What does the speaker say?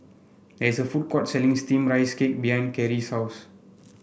there is a food court selling steam Rice Cake behind Kerri's house